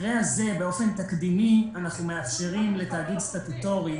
שבמקרה הזה באופן תקדימי אנחנו מאפשרים לתאגיד סטטוטורי